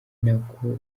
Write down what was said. nako